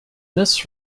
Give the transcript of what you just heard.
this